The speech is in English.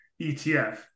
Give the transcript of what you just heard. ETF